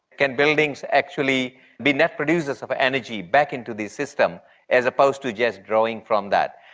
can buildings actually be net producers of energy back into the system as opposed to just drawing from that?